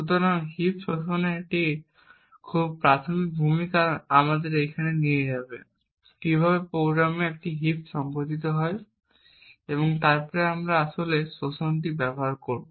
সুতরাং একটি হিপ শোষণের এই খুব প্রাথমিক ভূমিকাটি প্রথমে আমাদের নিয়ে যাবে কীভাবে প্রোগ্রামে একটি হিপ সংগঠিত হয় এবং তারপরে আমরা আসলে শোষণটি ব্যবহার করব